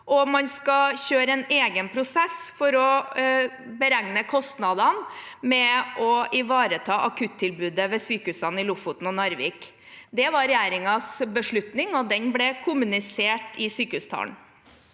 og man skal kjøre en egen prosess for å beregne kostnadene av å ivareta akuttilbudet ved sykehusene i Lofoten og Narvik. Det var regjeringens beslutning, og den ble kommunisert i sykehustalen.